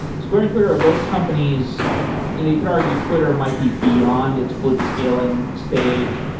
square and twitter are both companies you can argue, twitter might be beyond its blitzscaling stage.